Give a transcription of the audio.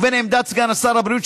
ובהן עמדת סגן שר הבריאות,